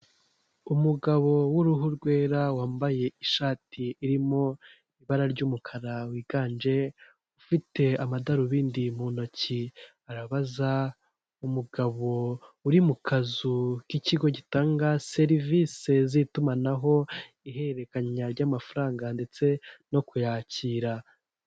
Umugabo w'uruhu rwera wambaye ishati irimo ibara ry'umukara wiganje ufite amadarubindi mu ntoki, arabaza umugabo uri mu kazu k'ikigo gitanga serivisi z'itumanaho ihererekanya ry'amafaranga ndetse no kuyakira.